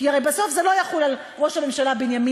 כי הרי בסוף זה לא יחול על ראש הממשלה בנימין